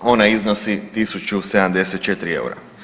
ona iznosi 1.074 eura.